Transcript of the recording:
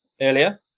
earlier